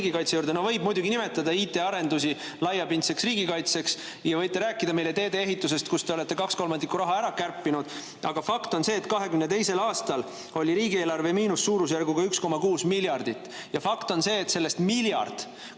riigikaitse juurde. Võib muidugi nimetada IT-arendusi laiapindseks riigikaitseks ja võite rääkida meile tee-ehitusest, kust te olete kaks kolmandikku raha ära kärpinud. Aga fakt on see, et 2022. aastal oli riigieelarve miinus suurusjärgus 1,6 miljardit, ja fakt on see, et sellest miljard